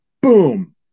Boom